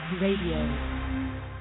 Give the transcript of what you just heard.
Radio